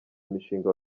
imishinga